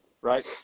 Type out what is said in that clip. right